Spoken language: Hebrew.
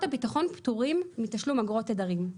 הביטחון פטורים מתשלום עבור התדרים.